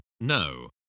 No